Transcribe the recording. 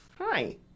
Hi